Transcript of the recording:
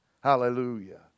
Hallelujah